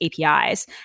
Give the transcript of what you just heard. APIs